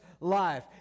life